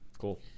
Cool